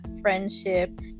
friendship